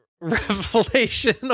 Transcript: revelation